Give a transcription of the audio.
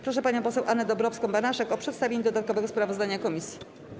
Proszę panią poseł Annę Dąbrowską-Banaszek o przedstawienie dodatkowego sprawozdania komisji.